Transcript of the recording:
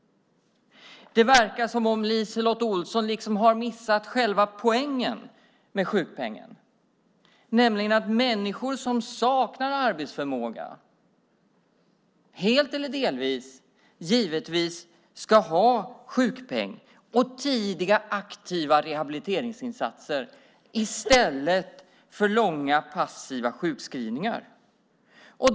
Det verkar som om LiseLotte Olsson har missat själva poängen med sjukpengen. Människor som saknar arbetsförmåga, helt eller delvis, ska givetvis ha sjukpeng och tidiga aktiva rehabiliteringsinsatser i stället för långa passiva sjukskrivningar.